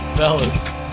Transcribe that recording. fellas